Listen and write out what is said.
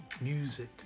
Music